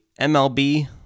mlb